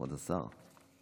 כבוד השר.